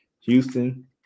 houston